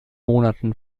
monaten